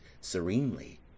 Serenely